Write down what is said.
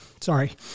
sorry